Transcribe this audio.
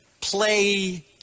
play